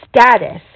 status